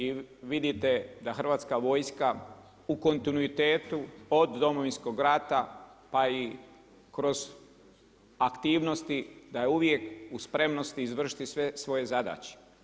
I vidite da Hrvatska vojska u kontinuitetu od Domovinskog rata pa i kroz aktivnosti da je uvijek u spremnosti izvršiti sve svoje zadaće.